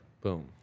Boom